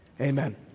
Amen